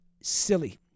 silly